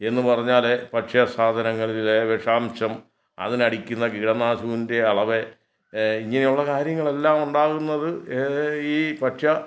എന്ന് പറഞ്ഞാലേ ഭക്ഷ്യസാധനങ്ങളിലെ വിഷാംശം അതിനടിക്കുന്ന കീടനാശിനിൻറ്റെ അളവ് ഇങ്ങനെയുള്ള കാര്യങ്ങളെല്ലാം ഉണ്ടാകുന്നത് ഈ ഭക്ഷ്യ